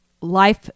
life